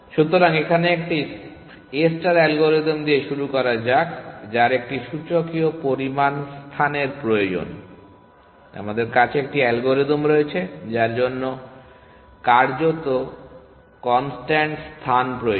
সুতরাং এখানে একটি a ষ্টার অ্যালগরিদম দিয়ে শুরু করা যাক যার একটি সূচকীয় পরিমাণ স্থানের প্রয়োজন আমাদের কাছে একটি অ্যালগরিদম রয়েছে যার জন্য কার্যত কনস্ট্যান্ট স্থান প্রয়োজন